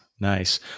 nice